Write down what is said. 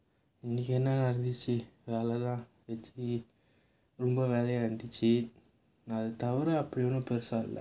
இன்னைக்கு என்ன நடந்துச்சு வேலை தான்:innaikku enna nadanthuchchu velai thaan வேலைய இருந்துச்சு அத தவிர அப்படி ஒண்ணும் பெருசா இல்ல:velaiya irunthuchchu atha thavira appadi onnum perusaa illa